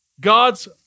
God's